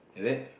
is it